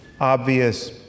obvious